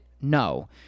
No